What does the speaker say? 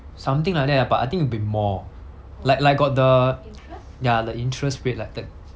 something like that ah but I think a bit more like like got the ya the interest rate like that